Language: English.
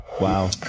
Wow